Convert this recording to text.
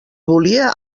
volia